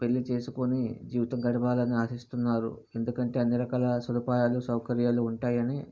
పెళ్లి చేసుకుని జీవితం గడపాలని ఆశిస్తున్నారు ఎందుకంటే అన్ని రకాల సదుపాయాలు సౌకర్యాలు ఉంటాయని